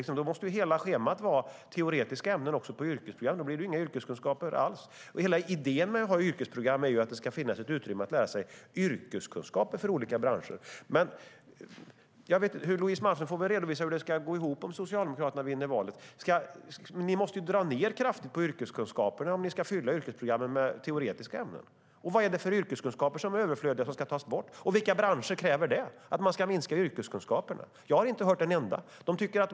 Då måste hela schemat vara teoretiska ämnen också på yrkesprogram, och då blir det inga yrkeskunskaper alls. Hela idén med att ha yrkesprogram är att det ska finnas ett utrymme för att lära sig yrkeskunskaper för olika branscher. Louise Malmström får väl redovisa hur det ska gå ihop, om Socialdemokraterna vinner valet. Ni måste dra ned kraftigt på yrkeskunskaperna om ni ska fylla yrkesprogrammen med teoretiska ämnen. Vad är det för yrkeskunskaper som är överflödiga och ska tas bort, och vilka branscher kräver att man ska minska yrkeskunskaperna? Jag har inte hört en enda som kräver det.